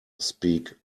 speak